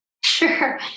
Sure